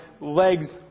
legs